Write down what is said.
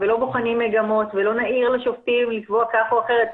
לא בוחנים מגמות ולא נעיר לשופטים לקבוע כך או אחרת.